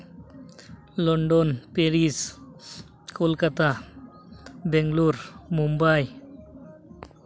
London Paris Kolkata Bangalore Mumbai